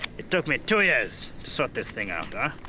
it took me two years to sort this thing out, ah.